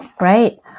Right